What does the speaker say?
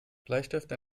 bleistifte